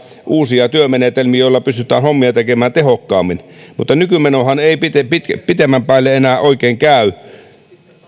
uusia työmenetelmiä joilla pystytään tekemään hommia tehokkaammin mutta nykymenohan ei pitemmän päälle enää oikein käy